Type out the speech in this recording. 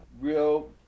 real